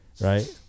right